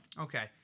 Okay